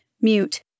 mute